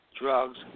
drugs